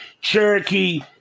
Cherokee